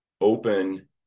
open